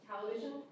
television